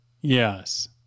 Yes